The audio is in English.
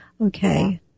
Okay